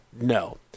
no